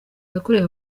yakorewe